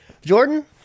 Jordan